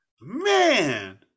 Man